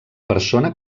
persona